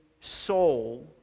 soul